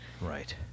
Right